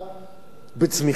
בצמיחה,